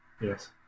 Yes